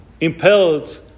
impelled